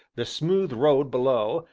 the smooth road below,